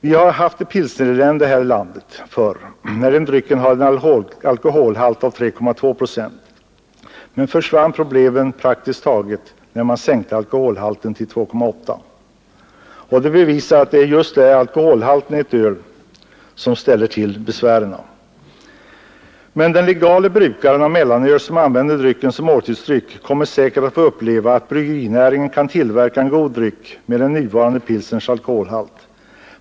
Vi hade ett pilsnerelände här i landet förr, när den drycken hade en alkoholhalt av 3,2 procent, men problemen försvann praktiskt taget när man sänkte alkoholhalten till 2,8 procent. Detta bevisar att det just är alkoholhalten i ett öl som ställer till besvären. Den legale brukaren av mellanöl, som använder drycken som måltidsdryck, kommer säkert att få uppleva att bryggerinäringen kan tillverka en god dryck med den nuvarande pilsnerns alkoholhalt.